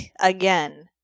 again